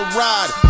ride